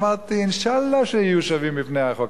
אמרתי: אינשאללה שיהיו שווים בפני החוק,